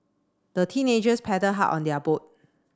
the teenagers paddled hard on their boat